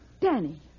Danny